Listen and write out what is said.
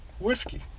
whiskey